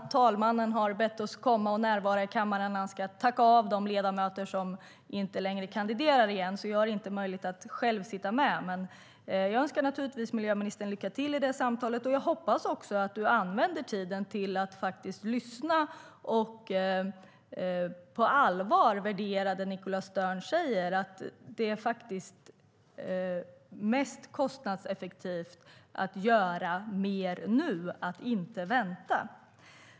Talmannen har bett oss att närvara i kammaren i morgon när han ska tacka av de ledamöter som inte längre kandiderar, så jag har inte möjlighet att vara med, men jag önskar naturligtvis miljöministern lycka till i samtalen. Jag hoppas att ministern lyssnar och på allvar värderar det Nicholas Stern säger, att det är mest kostnadseffektivt att göra mer nu, att inte vänta.